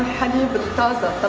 hundred thousand